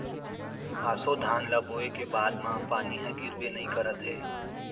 ऑसो धान ल बोए के बाद म पानी ह गिरबे नइ करत हे